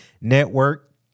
Network